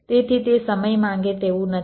તેથી તે સમય માંગે તેવું નથી